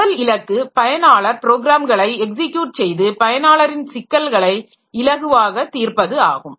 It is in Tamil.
முதல் இலக்கு பயனாளர் ப்ரோக்ராம்களை எக்ஸிக்யூட் செய்து பயனாளரின் சிக்கல்களை இலகுவாக தீர்ப்பது ஆகும்